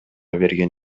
берген